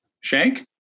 Shank